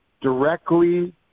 directly